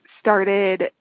started